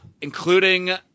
including